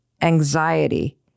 anxiety